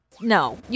No